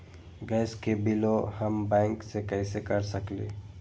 Gas के बिलों हम बैंक से कैसे कर सकली?